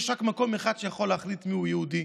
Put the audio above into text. ויש רק מקום אחד שיכול להחליט מיהו יהודי,